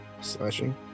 Slashing